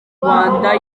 rwanda